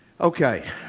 Okay